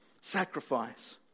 Sacrifice